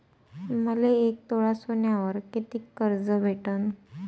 मले एक तोळा सोन्यावर कितीक कर्ज भेटन?